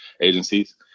agencies